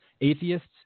atheists